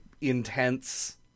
intense